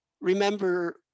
remember